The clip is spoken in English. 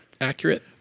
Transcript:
accurate